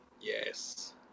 Yes